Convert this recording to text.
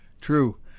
True